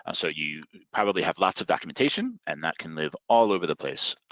and so you probably have lots of documentation and that can live all over the place.